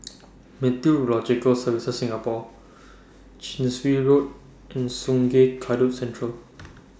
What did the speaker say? Meteorological Services Singapore Chin Swee Road and Sungei Kadut Central